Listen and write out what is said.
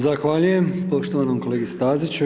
Zahvaljujem poštovanom kolegi Staziću.